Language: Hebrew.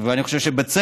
ואני חושב שבצדק,